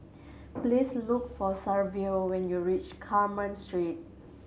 please look for Saverio when you reach Carmen Street